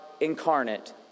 incarnate